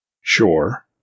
Sure